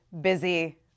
busy